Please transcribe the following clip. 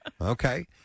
Okay